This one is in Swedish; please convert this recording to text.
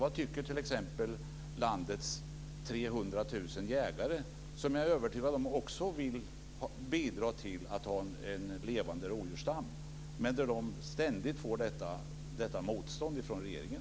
Vad tycker t.ex. landets 300 000 jägare, som jag är övertygad om också vill bidra till en levande rovdjursstam? Men de får ständigt detta motstånd från regeringen.